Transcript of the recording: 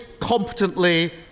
competently